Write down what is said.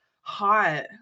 hot